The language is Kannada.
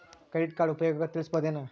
ಕ್ರೆಡಿಟ್ ಕಾರ್ಡ್ ಉಪಯೋಗ ತಿಳಸಬಹುದೇನು?